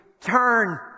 turn